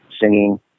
Singing